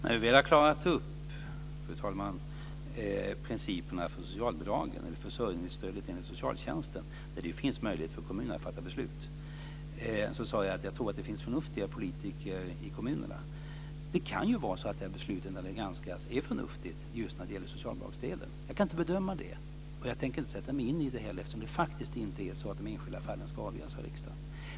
Fru talman! När vi väl hade klarat ut försörjningsstödet enligt socialtjänstlagen, där det finns möjligheter för kommunerna att fatta beslut, sade jag att jag trodde att det fanns förnuftiga kommunpolitiker i kommunerna. Det kan ju vara så att det här beslutet, om det granskas, är förnuftigt när det gäller socialbidragsdelen. Jag kan inte bedöma det, och jag tänker inte heller sätta mig in i det hela, eftersom de enskilda fallen inte ska avgöras av riksdagen.